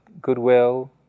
goodwill